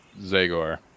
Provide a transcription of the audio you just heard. Zagor